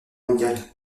mondiale